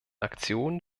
aktionen